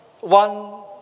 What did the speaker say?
one